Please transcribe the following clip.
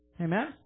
Amen